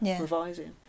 revising